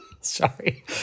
Sorry